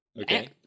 okay